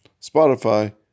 Spotify